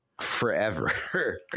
Forever